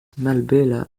malbela